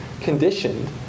conditioned